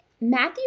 Matthew